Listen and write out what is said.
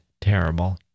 terrible